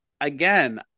again